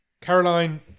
Caroline